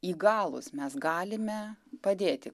įgalūs mes galime padėti